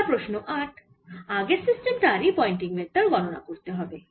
এবার প্রশ্ন 8 আগের সিস্টেম টারই পয়েন্টিং ভেক্টর গণনা করতে হবে